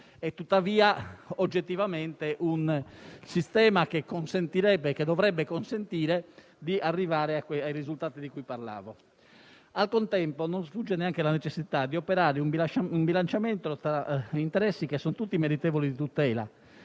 si tratta oggettivamente di un sistema che dovrebbe consentire di arrivare ai risultati di cui parlavo. Al contempo, non sfugge neanche la necessità di operare un bilanciamento tra interessi tutti meritevoli di tutela